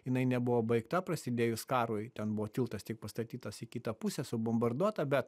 jinai nebuvo baigta prasidėjus karui ten buvo tiltas tik pastatytas į kitą pusę subombarduota bet